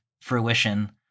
fruition